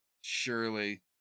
surely